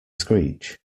screech